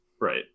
Right